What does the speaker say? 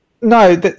No